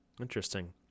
interesting